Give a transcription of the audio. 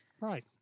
Right